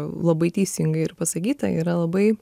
labai teisingai ir pasakyta yra labai